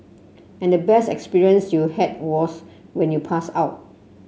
and the best experience you had was when you passed out